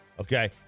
Okay